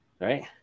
right